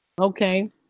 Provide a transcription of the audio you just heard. Okay